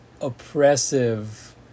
oppressive